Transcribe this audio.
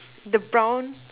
the brown